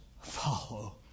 follow